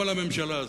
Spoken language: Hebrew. אבל הממשלה הזאת,